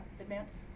advance